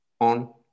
on